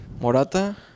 Morata